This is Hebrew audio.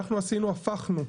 אנחנו הפכנו,